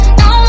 no